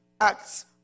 acts